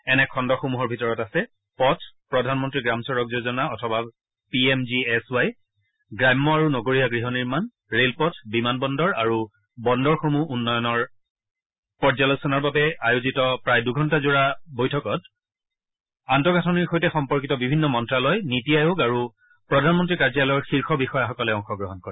এনে খণ্ডসমূহৰ ভিতৰত আছে পথ প্ৰধানমন্ত্ৰী গ্ৰাম চড়ক যোজনা অথবা P M G S Y গ্ৰাম্য আৰু নগৰীয়া গৃহ নিৰ্মাণ ৰে'লপথ বিমান বন্দৰ আৰু বন্দৰসমূহ উন্নয়নৰ পৰ্যালোচনাৰ বাবে আয়োজিত প্ৰায় দুৰ্ঘণ্টাজোৰা বৈঠকত আন্তঃগাঁথনিৰ সৈতে সম্পৰ্কিত বিভিন্ন মন্ত্যালয় নিটি আয়োগ আৰু প্ৰধানমন্ত্ৰী কাৰ্যালয়ৰ শীৰ্ষ বিষয়াসকলে অংশগ্ৰহণ কৰে